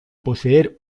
poseer